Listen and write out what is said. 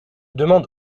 demande